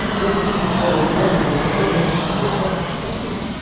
let's see how they dealt with this problem in the tenth century,